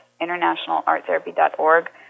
internationalarttherapy.org